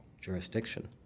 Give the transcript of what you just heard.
jurisdiction